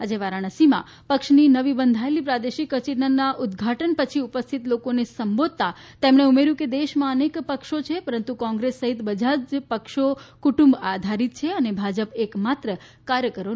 આજે વારાણસીમાં ક્ષની નવી બંધાયેલી પ્રાદેશિક કચેરીના ઉદઘાટન છી ઉલ સ્થિત લોકોને સંબોધતા તેમણે ઉમેર્યુ હતું કે દેશમાં અનેક ક્ષો છે રંતુ કોંગ્રેસ સહિત બધા ક્ષો કુટુંબ આધારીત છે અને ભાજ એક માત્ર કાર્યકરોનો ક્ષ છે